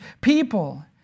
people